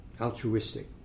altruistic